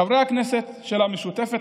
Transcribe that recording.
חברי הכנסת של המשותפת,